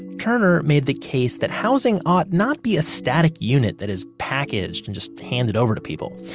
turner made the case that housing ought not be a static unit that is packaged and just handed over to people,